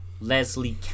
Leslie